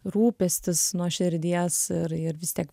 rūpestis nuo širdies ir ir vis tiek